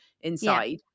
inside